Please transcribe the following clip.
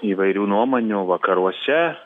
įvairių nuomonių vakaruose